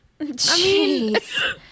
Jeez